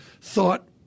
thought